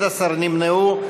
11 נמנעו.